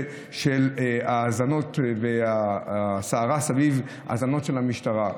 של ההאזנות והסערה סביב ההאזנות של המשטרה,